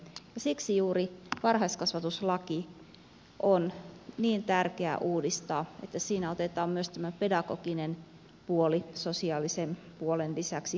siksi juuri varhaiskasvatuslaki on niin tärkeä uudistaa että siinä otetaan myös tämä pedagoginen puoli sosiaalisen puolen lisäksi huomioon